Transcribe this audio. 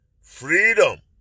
Freedom